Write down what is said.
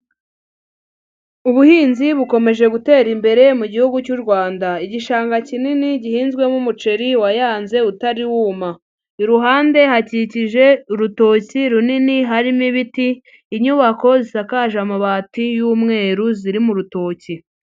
Ubuhinzi bukomeje gutera imbere mu gihugu cy'u Rwanda. Igishanga kinini gihinzwemo umuceri wayanze utari wuma, iruhande hakikije urutoki runini harimo ibiti. Inyubako zisakaje amabati y'umweru ziri mu rutoki.